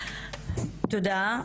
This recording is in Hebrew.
תודה.